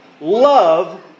Love